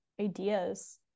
ideas